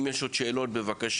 אם יש עוד שאלות, בבקשה.